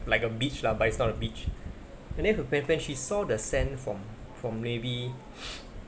like a beach lah but it's not a beach and then when when she saw the sand from from maybe